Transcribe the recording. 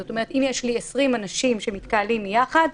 זאת אומרת שאם יש 20 אנשים שמתקהלים יחד,